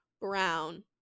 brown